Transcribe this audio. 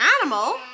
animal